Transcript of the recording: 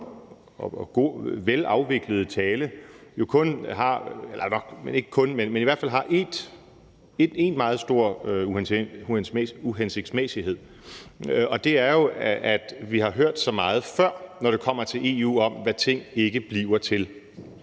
og velafviklede tale i hvert fald har en meget stor uhensigtsmæssighed, og det er jo, at vi har hørt så meget før, når det kommer til EU, om, hvad ting ikke bliver til.